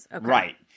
Right